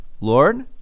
Lord